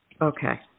Okay